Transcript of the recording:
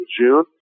June